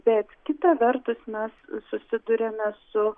bet kita vertus mes susiduriame su